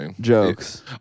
jokes